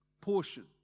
portion